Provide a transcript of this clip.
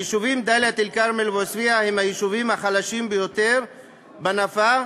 היישובים דאלית-אלכרמל ועוספיא הם היישובים החלשים ביותר בנפה,